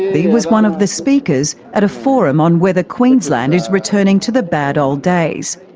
he was one of the speakers at a forum on whether queensland is returning to the bad old days.